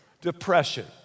depression